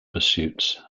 pursuits